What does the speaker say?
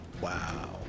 Wow